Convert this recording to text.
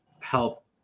help